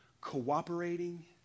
cooperating